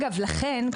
לכן,